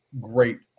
great